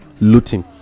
looting